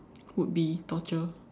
would be torture